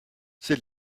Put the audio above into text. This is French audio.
c’est